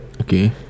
Okay